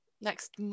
Next